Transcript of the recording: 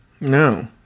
No